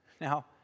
Now